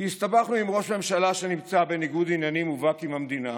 כי הסתבכנו עם ראש ממשלה שנמצא בניגוד עניינים מובהק עם המדינה,